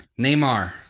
Neymar